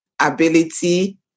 ability